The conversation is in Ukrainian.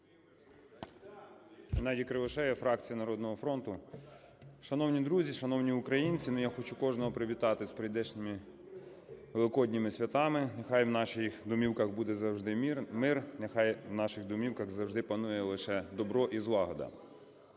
Геннадій Кривошея, фракція "Народного фронту". Шановні друзі, шановні українці, я хочу кожного привітати з прийдешніми Великодніми святами. Нехай в наших домівках буде завжди мир. Нехай в наших домівках завжди панує лише добро і злагода.